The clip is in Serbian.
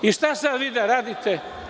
I šta sada vi da radite?